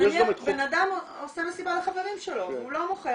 נניח אדם עושה מסיבה לחברים שלו והוא לא מוכר,